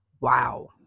wow